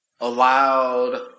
allowed